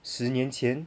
十年前